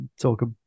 talk